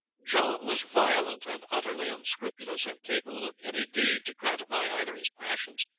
john was violent and utterly unscrupulous, and capable of any deed to gratify either his passions,